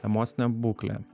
emocinę būklę